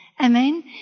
Amen